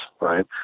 right